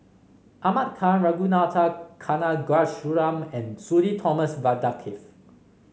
Ahmad Khan Ragunathar Kanagasuntheram and Sudhir Thomas Vadaketh